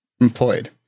employed